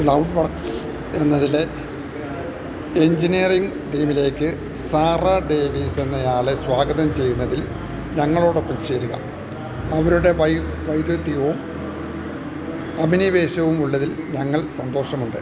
cloud Works എന്നതിലെ engineering ടീമിലേക്ക് Sarah Davies എന്നയാളെ സ്വാഗതം ചെയ്യുന്നതിൽ ഞങ്ങളോടൊപ്പം ചേരുക അവരുടെ വൈദഗ്ധ്യവും അഭിനിവേശവും ഉള്ളതിൽ ഞങ്ങൾ സന്തോഷമുണ്ട്